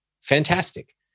Fantastic